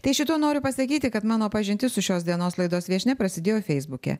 tai šituo noriu pasakyti kad mano pažintis su šios dienos laidos viešnia prasidėjo feisbuke